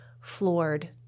floored